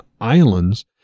islands